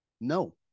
No